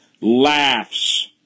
laughs